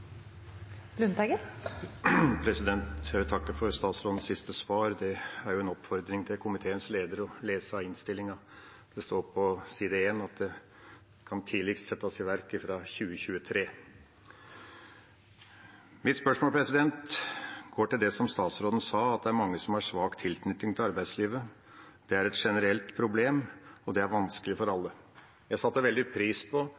en oppfordring til komiteens leder om å lese innstillinga. Det står på side én at det tidligst kan settes i verk fra 2023. Mitt spørsmål gjelder det statsråden sa om at det er mange som har svak tilknytning til arbeidslivet. Det er et generelt problem, og det er vanskelig for alle. Jeg satte veldig stor pris på